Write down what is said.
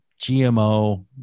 GMO